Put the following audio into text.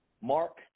Mark